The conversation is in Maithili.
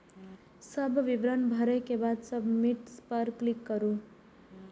सब विवरण भरै के बाद सबमिट पर क्लिक करू